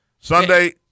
Sunday